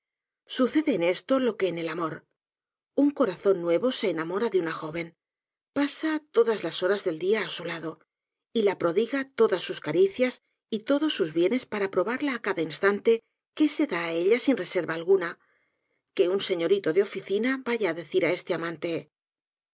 sucede en esto lo que en el amor un corazón nuevo se enamora de una joven pasa todas las horas del dia á su lado y la prodiga todas sus caricias y todos su's bienes para probarla á cada instante que se da á ella sin reserva alguna que un señorito de oficina vaya á decir á este amante